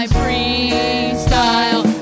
freestyle